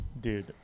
Dude